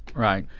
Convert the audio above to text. right.